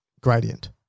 gradient